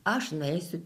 aš nueisiu